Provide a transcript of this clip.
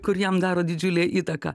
kur jam daro didžiulę įtaką